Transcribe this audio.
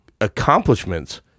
accomplishments